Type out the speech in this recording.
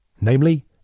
Namely